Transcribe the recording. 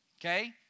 Okay